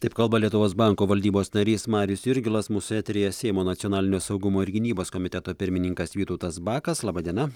taip kalba lietuvos banko valdybos narys marius jurgilas mūsų eteryje seimo nacionalinio saugumo ir gynybos komiteto pirmininkas vytautas bakas laba diena